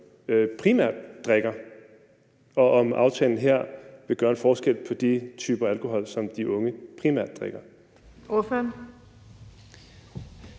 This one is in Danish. unge primært drikker, og om aftalen her vil gøre en forskel i forhold til de typer alkohol, som de unge primært drikker. Kl.